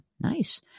Nice